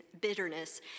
bitterness